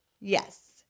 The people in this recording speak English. Yes